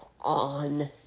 on